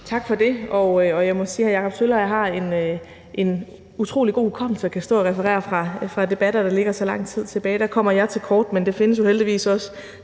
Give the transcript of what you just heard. Tak for det. Jeg må sige, at hr. Jakob Sølvhøj har en utrolig god hukommelse at kunne stå og referere fra debatter, der ligger så lang tid tilbage. Der kommer jeg til kort, men det findes jo heldigvis også